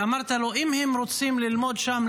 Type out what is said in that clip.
שאמרת לו: אם הם רוצים ללמוד שם,